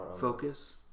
Focus